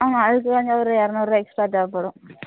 ஆஹான் அதுக்குதாங்க ஒரு இரநூறுவா எக்ஸ்ட்ரா தேவைப்படும்